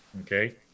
okay